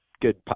good